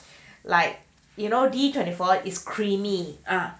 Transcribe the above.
like you know D twenty four is creamy